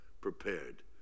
prepared